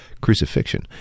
crucifixion